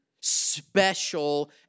special